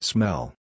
Smell